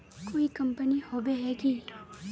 कोई कंपनी होबे है की?